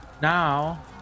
Now